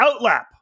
Outlap